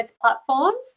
platforms